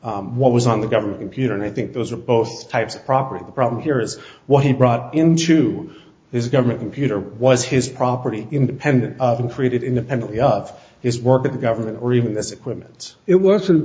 from what was on the government computer and i think those are both types of property the problem here is what he brought into his government computer was his property independent of him for it independently of his work with the government or even this equipment it wasn't